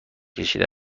کشیده